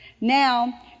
Now